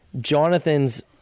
Jonathan's